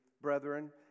Brethren